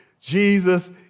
Jesus